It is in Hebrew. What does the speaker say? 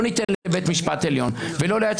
לא ניתן לבית משפט עליון ולא ליועץ